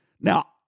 Now